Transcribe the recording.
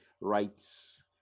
rights